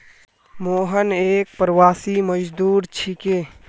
मोहन एक प्रवासी मजदूर छिके